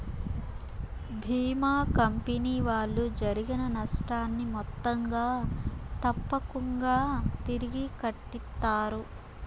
భీమా company వాళ్ళు జరిగిన నష్టాన్ని మొత్తంగా తప్పకుంగా తిరిగి కట్టిత్తారు